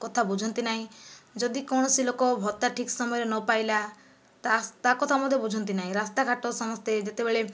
କଥା ବୁଝନ୍ତି ନାହିଁ ଯଦି କୌଣସି ଲୋକ ଭତ୍ତା ଠିକ୍ ସମୟରେ ନ ପାଇଲା ତ ତା କଥା ମଧ୍ୟ ବୁଝନ୍ତି ନାହିଁ ରାସ୍ତା ଘାଟ ସମସ୍ତେ ଯେତେବେଳେ